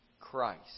Christ